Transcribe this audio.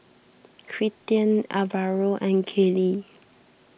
Quinten Alvaro and Kaylie